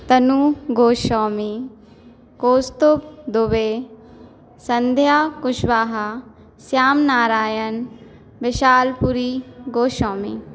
Tanu Goswami Kaustubh Dubey Sandhya Kushwaha Shyam Narayan Vishal Puri Goswami